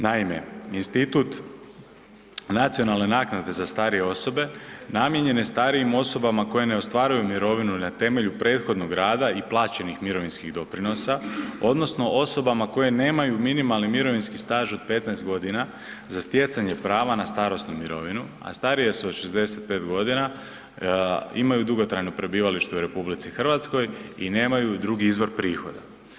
Naime, institut nacionalne naknade za starije osobe namijenjen je starijim osobama koje ne ostvaruju mirovinu na temelju prethodnog rada i plaćenih mirovinskih doprinosa odnosno osobama koje nemaju minimalni mirovinski staž od 15 godina za stjecanje prava na starosnu mirovinu, a starije su od 65 godina, imaju dugotrajno prebivalište u RH i nemaju drugi izvor prihoda.